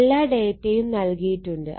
എല്ലാ ഡാറ്റയും നൽകിയിട്ടുണ്ട്